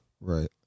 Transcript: Right